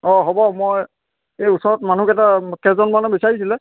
অঁ হ'ব মই এই ওচৰত মানুহকেইটা কেইজন মানে বিচাৰিছিলে